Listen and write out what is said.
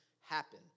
happen